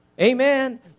Amen